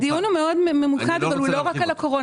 הדיון ממוקד מאוד אבל הוא לא רק על הקורונה.